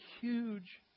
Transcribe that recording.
huge